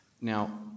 Now